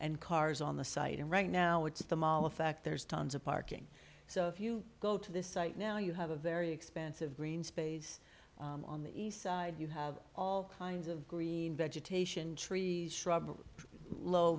and cars on the site and right now it's the mala fact there's tons of parking so if you go to this site now you have a very expensive green space on the east side you have all kinds of green vegetation trees